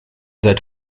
seid